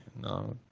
No